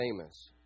famous